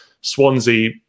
Swansea